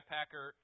Packer